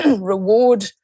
reward